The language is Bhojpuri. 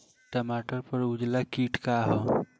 टमाटर पर उजला किट का है?